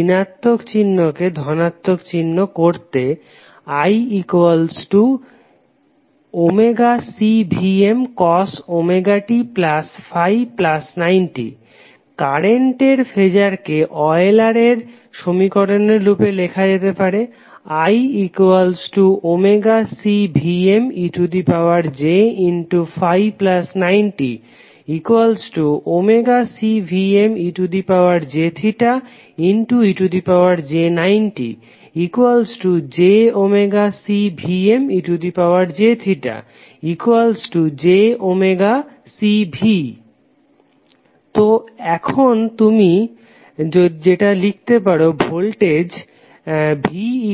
ঋণাত্মক চিহ্ন কে ধনাত্মক চিহ্ন করতে iωCVmcos ωt∅90 কারেন্টের ফেজারকে অয়েলার সমীকরণের রূপে লেখা যেতে পারে IωCVmej∅90ωCVmej∅ej90jωCVmej∅jωCV তো এখন যদি তুমি লেখ ভোল্টেজ VIjωC